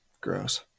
Gross